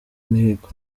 mihigo